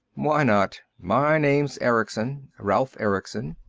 why not? my name's erickson. ralf erickson.